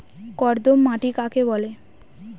কর্দম মাটি কাকে বলে?